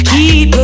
Keep